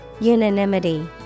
Unanimity